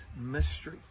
mystery